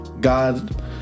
god